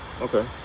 Okay